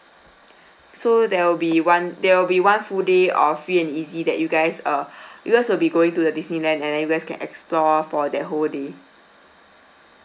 so there will be one there will be one full day of free and easy that you guys uh you guys will be going to the disneyland and then you guys can explore for that whole day